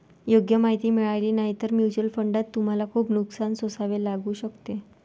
योग्य माहिती मिळाली नाही तर म्युच्युअल फंडात तुम्हाला खूप नुकसान सोसावे लागू शकते